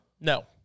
No